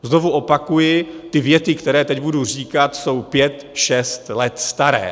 Znovu opakuji, ty věty, které teď budu říkat, jsou pět šest let staré.